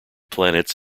planets